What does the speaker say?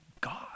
God